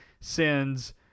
sends